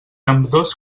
ambdós